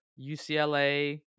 UCLA